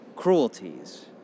cruelties